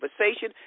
conversation